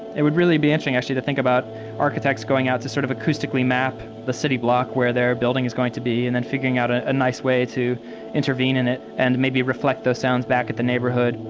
it would really be interesting, actually, to think about architects going out to sort of acoustically map the city block where their building is going to be and then figuring out a nice way to intervene in it and maybe reflect those sounds back at the neighborhood.